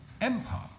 empire